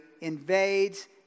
invades